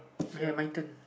I have my turn